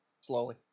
Slowly